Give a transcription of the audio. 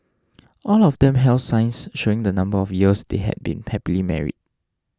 all of them held signs showing the number of years they had been happily married